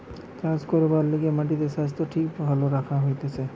চাষ করবার লিগে মাটির স্বাস্থ্য ঠিক ভাবে রাখা হতিছে